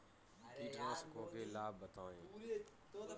कीटनाशकों के लाभ बताएँ?